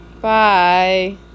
Bye